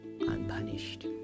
unpunished